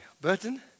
Burton